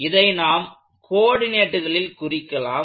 இதை நாம் கோஆர்டினேட்களில் குறிக்கலாம்